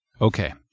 Okay